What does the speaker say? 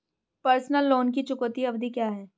Personal loan की चुकौती अवधि क्या है?